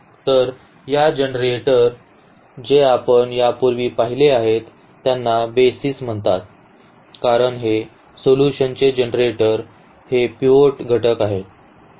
तर या जनरेटर जे आपण यापूर्वी पाहिले आहेत त्यांना बेसिस म्हणतात कारण हे सोल्यूशनचे जनरेटर हे पिव्होट घटक आहेत